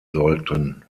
sollten